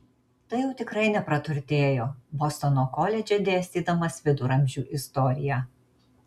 tai jau tikrai nepraturtėjo bostono koledže dėstydamas viduramžių istoriją